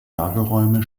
lagerräume